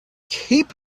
keep